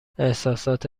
احسسات